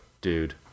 dude